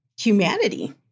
humanity